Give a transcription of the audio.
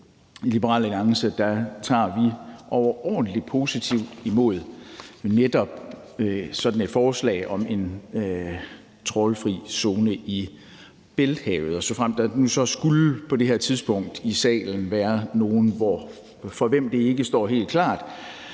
I Liberal Alliance tager vi overordentlig positivt imod netop sådan et forslag om en trawlfri zone i Bælthavet. Såfremt der på det her tidspunkt i salen skulle være nogen, for hvem det ikke står helt klart,